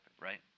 right